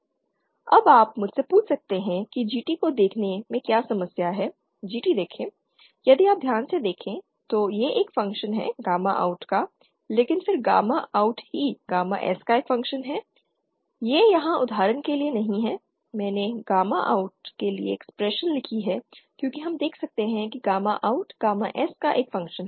अब आप मुझसे पूछ सकते हैं कि GT को देखने में क्या समस्या है GT देखें यदि आप ध्यान से देखते हैं तो यह एक फ़ंक्शन है यह गामा OUT का लेकिन फिर गामा OUT ही गामा S का एक फ़ंक्शन है यह यहाँ उदाहरण के लिए नहीं है मैंने गामा OUT के लिए एक्सप्रेशन लिखी है क्योंकि हम देख सकते हैं कि गामा OUT गामा S का एक फ़ंक्शन है